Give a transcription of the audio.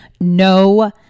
no